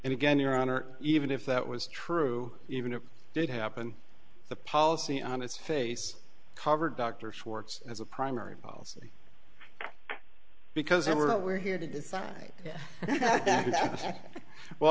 and again your honor even if that was true even if it did happen the policy on its face covered dr schwartz as a primary policy because there were no we're here to decide well